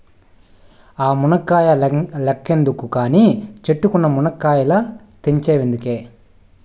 ఆ మునక్కాయ లెక్కేద్దువు కానీ, చెట్టుకున్న మునకాయలు తెంపవైతివే